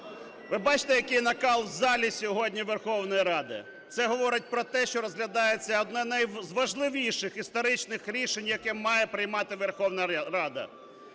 ви бачите, який накал в залі сьогодні Верховної Ради, це говорить про те, що розглядається одне із найважливіших історичних рішень, яке має приймати Верховна Рада.